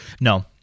No